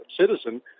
citizen